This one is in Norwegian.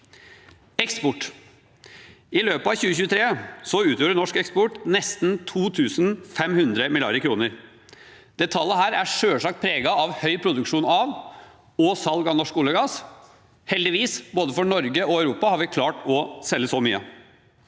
kr. I løpet av 2023 utgjorde norsk eksport nesten 2 500 mrd. kr. Det tallet er selvsagt preget av høy produksjon og salg av norsk olje og gass. Heldigvis for både Norge og Europa har vi klart å selge så mye.